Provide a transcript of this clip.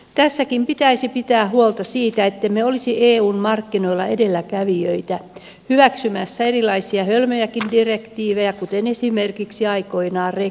tässäkin pitäisi pitää huolta siitä ettemme olisi eun markkinoilla edelläkävijöinä hyväksymässä erilaisia hölmöjäkin direktiivejä kuten aikoinaan hyväksyttiin esimerkiksi rekkojen kaventaminen